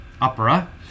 opera